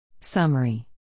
Summary